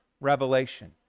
revelation